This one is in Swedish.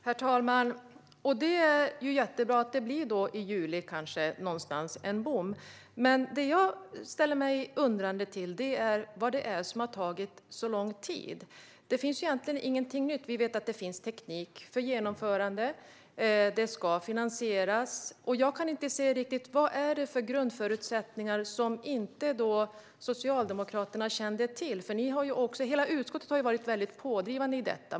Herr talman! Det är jättebra att det kanske blir en bom någonstans i juli. Men det jag ställer mig undrande till är vad det är som har tagit så lång tid. Det finns egentligen ingenting nytt. Vi vet att det finns teknik för genomförandet och att det ska finansieras. Jag kan inte riktigt se vad det är för grundförutsättningar som Socialdemokraterna inte kände till. Hela utskottet har varit pådrivande i detta.